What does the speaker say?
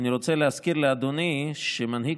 אני רוצה להזכיר לאדוני שלא רק שמנהיג